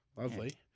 Lovely